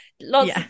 lots